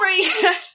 Sorry